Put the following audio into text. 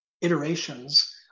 iterations